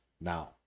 Now